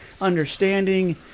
understanding